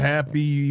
Happy